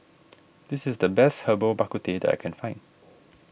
this is the best Herbal Bak Ku Teh that I can find